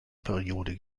periode